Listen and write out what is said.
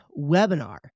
webinar